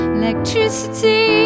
electricity